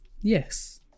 yes